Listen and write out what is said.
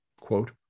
quote